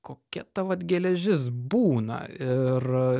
kokia ta vat geležis būna ir